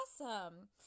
Awesome